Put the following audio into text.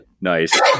Nice